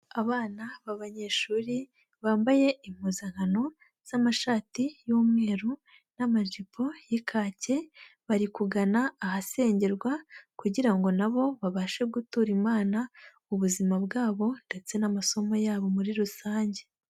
Abana b'abanyeshuri, bambaye impuzankano z'amashati y'umweru n'amajipo y'ikake, bari kugana ahasengerwa kugira na bo babashe gutura imana ubuzima bwabo ndetse n'amasomo yabo muri rusange.